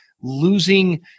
losing